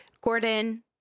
Gordon